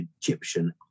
Egyptian